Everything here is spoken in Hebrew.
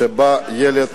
שבה ילד